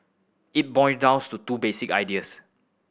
it boil down to two basic ideas